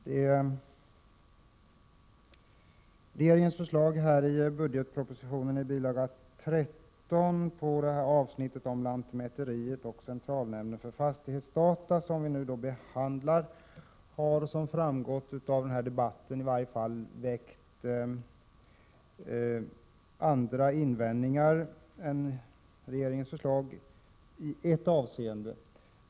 Herr talman! Mot regeringens förslag i budgetpropositionens bil. 13, avsnittet om lantmäteriet och centralnämnden för fastighetsdata, som vi nu behandlar, har i denna debatt gjorts invändningar i ett avseende.